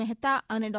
મહેતા અને ડો